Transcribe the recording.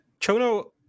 Chono